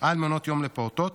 על מעונות יום לפעוטות",